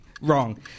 wrong